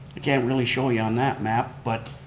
i can't really show you on that map. but,